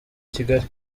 kigali